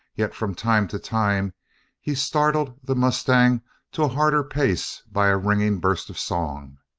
yet from time to time he startled the mustang to a harder pace by a ringing burst of song.